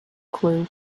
clue